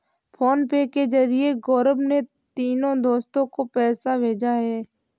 PhonePe के जरिए गौरव ने तीनों दोस्तो को पैसा भेजा है